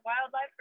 wildlife